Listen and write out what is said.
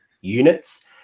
units